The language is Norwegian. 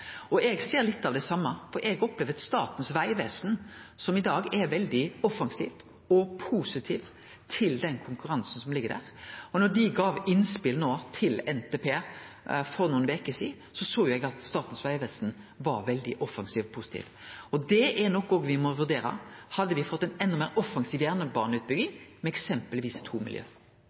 Eg ser litt av det same, for eg opplever at Statens vegvesen i dag er veldig offensiv og positiv til den konkurransen som ligg der. Når dei gav innspel til NTP for nokre veker sidan, såg eg at Statens vegvesen var veldig offensiv og positiv. Det er òg noko me må vurdere. Hadde me fått ei enda meir offensiv jernbaneutbygging med eksempelvis